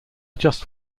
just